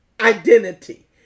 identity